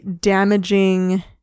damaging